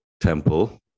temple